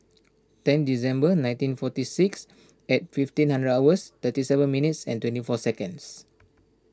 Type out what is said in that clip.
ten December nineteen forty six and fifteen hundred hours thirty seven minutes and twenty four seconds